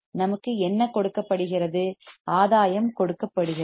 நமக்கு என்ன கொடுக்கப்படுகிறது ஆதாயம் கொடுக்கப்படுகிறது